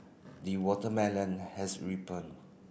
the watermelon has